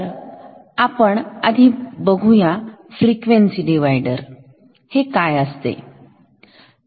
तर आपण आधी बोलूया फ्रिक्वेन्सी डीवाईडर बद्दल काय असते हे